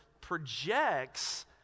projects